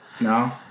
No